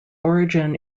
origin